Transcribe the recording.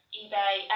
ebay